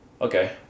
Okay